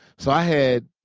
so i had,